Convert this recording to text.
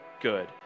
good